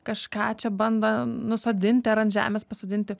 kažką čia bando nusodinti ar ant žemės pasodinti